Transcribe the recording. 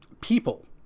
people